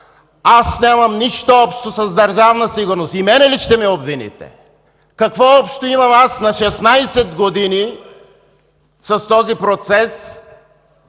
Аз нямам нищо общо с Държавна сигурност. И мен ли ще ме обвините? Какво общо имам аз – на 16 години, с този процес?